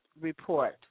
Report